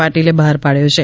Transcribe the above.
પાટિલે બહાર પડ્યો છે